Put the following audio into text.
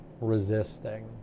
resisting